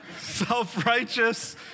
Self-righteous